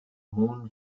moon